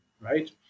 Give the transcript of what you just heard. right